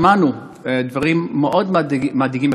שמענו דברים מאוד מדאיגים,